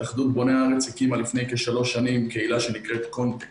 התאחדות בוני הארץ הקימה לפני כ-3 שנים קהילה שנקראת קומטק.